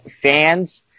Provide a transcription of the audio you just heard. fans